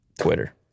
Twitter